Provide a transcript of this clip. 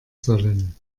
sollen